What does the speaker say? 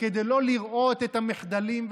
לראות את המחדלים,